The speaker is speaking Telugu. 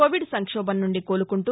కోవిడ్ సంక్షోభం నుండి కోలుకుంటూ